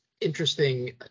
interesting